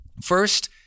First